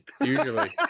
Usually